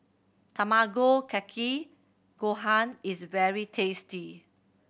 Tamago Kake Gohan is very tasty